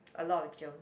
a lot of germ